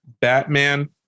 Batman